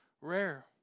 rare